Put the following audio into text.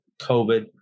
COVID